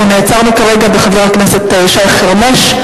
אנחנו נעצרנו כרגע בחבר הכנסת שי חרמש.